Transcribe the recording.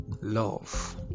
love